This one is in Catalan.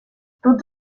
tots